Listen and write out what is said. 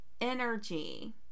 energy